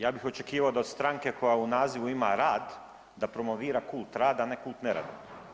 Ja bih očekivao da od stranke koja u nazivu ima rad da promovira kult rada, a ne kult nerada.